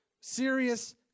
Serious